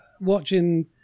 watching